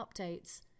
updates